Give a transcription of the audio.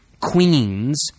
queens